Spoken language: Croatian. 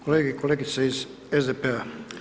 Kolege i kolegice iz SDP-a.